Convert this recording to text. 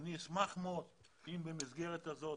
אני שמח מאוד אם במסגרת הזאת